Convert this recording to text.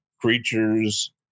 creatures